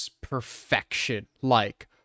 perfection-like